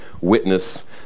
witness